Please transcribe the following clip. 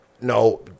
No